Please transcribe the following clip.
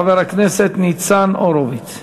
חבר הכנסת ניצן הורוביץ.